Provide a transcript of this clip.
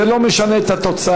זה לא משנה את התוצאה.